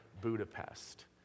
Budapest